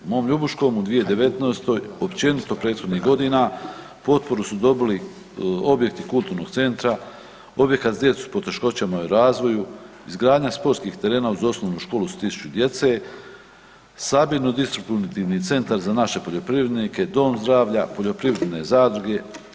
U mom Ljubuškom u 2019. općenito prethodnih godina potporu su dobili objekti kulturnog centra, objekat za djecu s poteškoćama u razvoju, izgradnja sportskih terena uz osnovnu školu s 1000 djece, sabirni distributivni centar za naše poljoprivrednike, dom zdravlja, poljoprivredne zadruge.